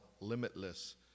limitless